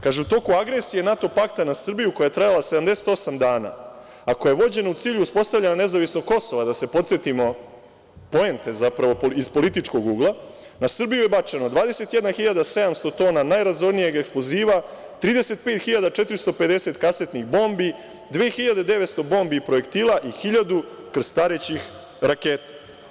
Kaže – u toku agresije NATO pakta na Srbiju, koja je trajala 78 dana, a koja je vođena u cilju uspostavljanja nezavisnog Kosova, da se podsetimo poente zapravo iz političkog ugla, na Srbiju je bačeno 21.700 tona najrazornijeg eksploziva, 35.450 kasetnih bombi, 2.900 bombi i projektila i 1.000 krstarećih raketa.